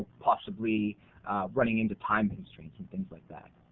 possibly running in to time constraints and things like that.